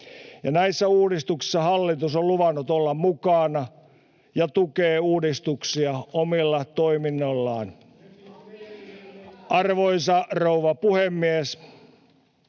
näissä uudistuksissa hallitus on luvannut olla mukana ja tukea uudistuksia omalla toiminnallaan. Arvoisa rouva puhemies!